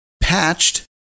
Patched